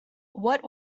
what